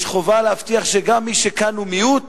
יש חובה להבטיח שגם מי שכאן במיעוט